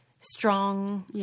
strong